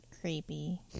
Creepy